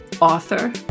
author